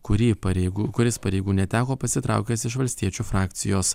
kurį pareigų kuris pareigų neteko pasitraukęs iš valstiečių frakcijos